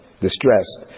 Distressed